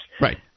Right